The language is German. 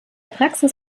praxis